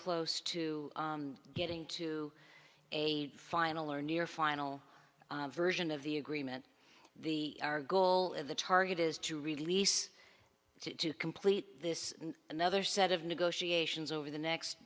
close to getting to a final or near final version of the agreement the our goal of the target is to release to complete this and another set of negotiations over the next